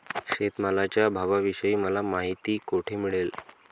शेतमालाच्या भावाविषयी मला माहिती कोठे मिळेल?